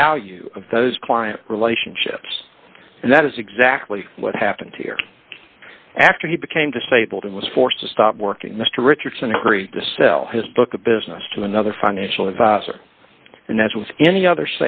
value of those client relationships and that is exactly what happened here after he became disabled and was forced to stop working mr richardson agreed to sell his book a business to another financial advisor and as with any other